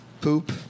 Poop